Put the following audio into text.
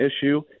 issue